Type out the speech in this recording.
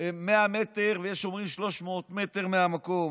100 מטר, ויש אומרים 300 מטר, מהמקום.